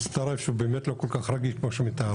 מצטרף, שהוא באמת לא כל כך רגיש כמו שמתארים.